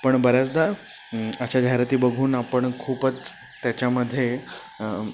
पण बऱ्याचदा अशा जाहिराती बघून आपण खूपच त्याच्यामध्ये